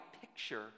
picture